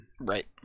right